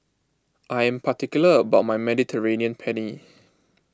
I am particular about my Mediterranean Penne